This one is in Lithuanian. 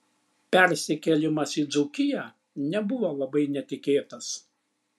persikėlimas į dzūkiją nebuvo labai netikėtas